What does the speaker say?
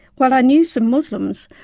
while i knew some muslims,